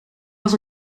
was